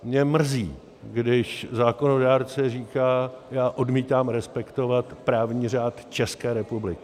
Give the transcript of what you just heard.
Mě mrzí, když zákonodárce říká: já odmítám respektovat právní řád České republiky.